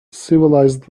civilized